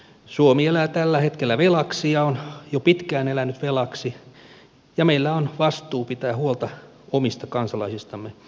suomi elää tällä hetkellä velaksi ja on jo pitkään elänyt velaksi ja meillä on vastuu pitää huolta omista kansalaisistamme